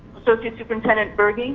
associate superintendent burge?